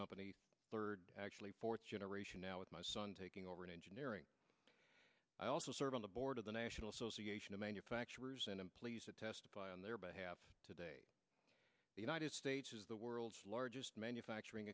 company third actually fourth generation now with my son taking over in engineering i also serve on the board of the national association of manufacturers and i'm pleased to testify on their behalf today the united states is the world's largest manufacturing